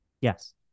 yes